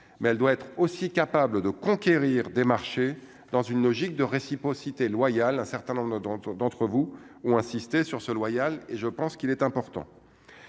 mais elle doit être aussi capable de conquérir des marchés dans une logique de réciprocité loyal, un certain nombre de dans d'entre vous ont insisté sur ce loyal et je pense qu'il est important,